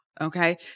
okay